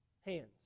hands